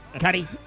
Cutty